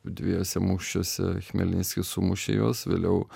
dviejuose mūšiuose chmelnickis sumušė juos vėliau